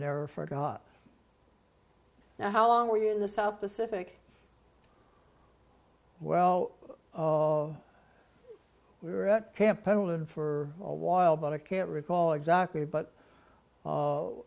never forgot how long were you in the south pacific well we were at camp pendleton for a while but i can't recall exactly but